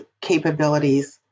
capabilities